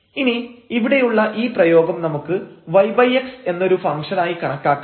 ഇനി ഇവിടെയുള്ള ഈ പ്രയോഗം നമുക്ക് yx എന്നൊരു ഫംഗ്ഷനായി കണക്കാക്കാം